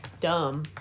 Dumb